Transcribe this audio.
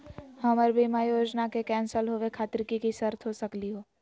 हमर बीमा योजना के कैन्सल होवे खातिर कि कि शर्त हो सकली हो?